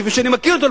כפי שאני מכיר אותו,